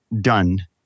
done